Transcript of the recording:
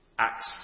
Acts